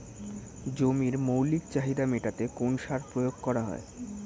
জমির মৌলিক চাহিদা মেটাতে কোন সার প্রয়োগ করা হয়?